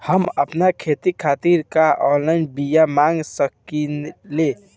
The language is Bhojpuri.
हम आपन खेती खातिर का ऑनलाइन बिया मँगा सकिला?